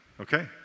Okay